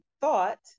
thought